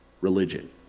religion